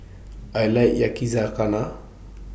I like Yakizakana